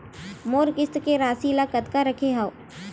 मोर किस्त के राशि ल कतका रखे हाव?